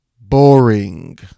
boring